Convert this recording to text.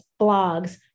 blogs